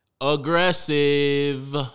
Aggressive